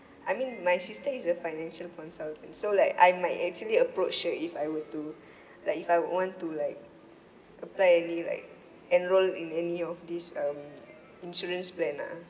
I mean my sister is a financial consultant so like I might actually approach her if I were to like if I want to like apply only like enrol in any of these um insurance plan ah